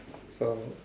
so